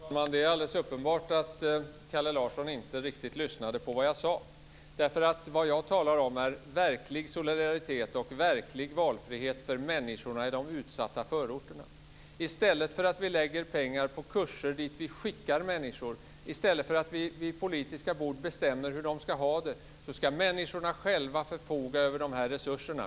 Fru talman! Det är alldeles uppenbart att Kalle Larsson inte riktigt lyssnade på det jag sade. Det jag talar om är verklig solidaritet och verklig valfrihet för människorna i de utsatta förorterna. I stället för att vi lägger pengar på kurser dit vi skickar människor, i stället för att vi vid politiska bord bestämmer hur de ska ha det, ska människorna själva förfoga över de här resurserna.